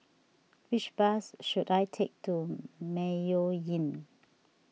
which bus should I take to Mayo Inn